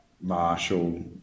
Marshall